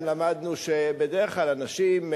גם למדנו שבדרך כלל אנשים,